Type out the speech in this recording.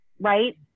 Right